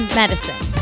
medicine